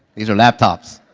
these are laptops.